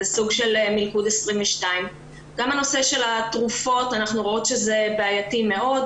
זה סוג של מלכוד 22. גם הנושא של התרופות הוא בעייתי מאוד.